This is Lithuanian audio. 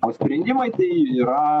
o sprendimai tai yra